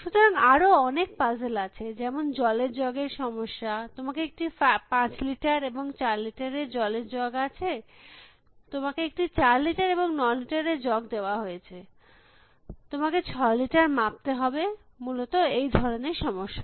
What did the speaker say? সুতরাং আরো অনেক পাজেল আছে যেমন জলের জগ এর সমস্যা তোমাকে একটি 5 লিটার এবং 4 লিটার এর জলের জগ আছে বা তোমাকে একটি 4 লিটার এবং 9 লিটার এর জগ দেওয়া হয়েছে তোমাকে 6 লিটার মাপতে হবে মূলত এই ধরনের সমস্যা